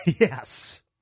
Yes